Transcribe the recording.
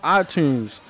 iTunes